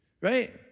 Right